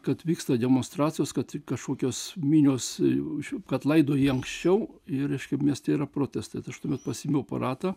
kad vyksta demonstracijos kad kažkokios minios kad laidoja jį anksčiau ir reiškia mieste yra protestai tai aš tuomet pasiėmiau aparatą